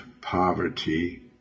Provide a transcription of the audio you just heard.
poverty